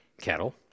cattle